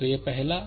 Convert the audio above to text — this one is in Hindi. तो यह पहला है